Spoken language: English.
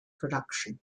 production